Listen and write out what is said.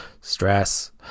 stress